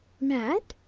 mad?